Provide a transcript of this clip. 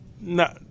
No